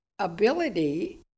ability